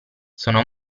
sono